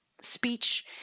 speech